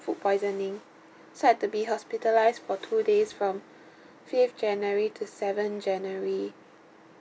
food poisoning so I had to be hospitalized for two days from fifth january to seventh january